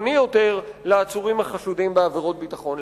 בעצורים החשודים בעבירות ביטחון.